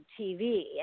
TV